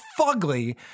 fugly